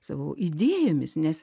savo idėjomis nes